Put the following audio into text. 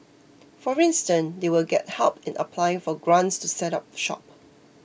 for instance they will get help in applying for grants to set up shop